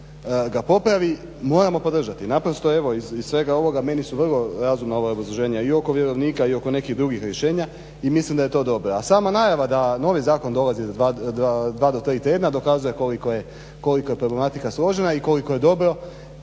ga popravi moramo podržati. Naprosto evo ga iz svega ovoga meni su vrlo razumna ova obrazloženja i oko vjerovnika i oko nekih drugih rješenja i mislim da je to dobro. A sama najava da novi zakon dolazi za 2 do 3 tjedna dokazuje koliko je problematika složena i koliko je dobro